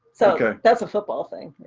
so that's a football thing,